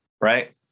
Right